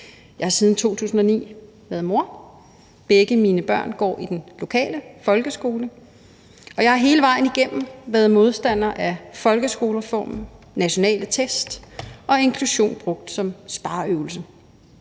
Jeg har siden 2009 været mor. Begge mine børn går i den lokale folkeskole, og jeg har hele vejen igennem været modstander af folkeskolereformen, nationale test og inklusion brugt som spareøvelse